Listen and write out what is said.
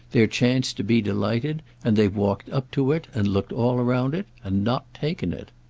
their chance to be delighted, and they've walked up to it, and looked all round it, and not taken it.